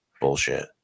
bullshit